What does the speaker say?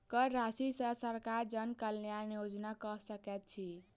कर राशि सॅ सरकार जन कल्याण योजना कअ सकैत अछि